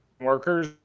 workers